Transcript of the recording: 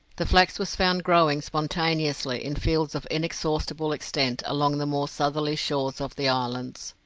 the flax was found growing spontaneously in fields of inexhaustible extent along the more southerly shores of the islands.